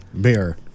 beer